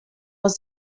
was